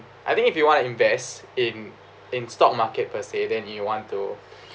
I think if you wanna invest in in stock market per se then you want to